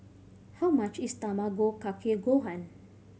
how much is Tamago Kake Gohan